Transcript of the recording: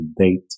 date